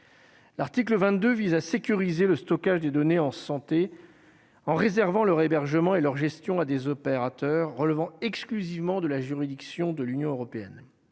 l'article 22 vise à sécuriser le stockage des données en santé, en réservant leur hébergement et leur gestion à des opérateurs relevant exclusivement de la juridiction de l'Union européenne,